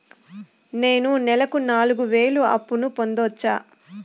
నేను నెలకు నాలుగు వేలు అప్పును పొందొచ్చా?